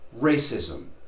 racism